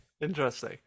Interesting